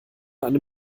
einem